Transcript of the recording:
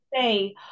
say